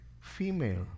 female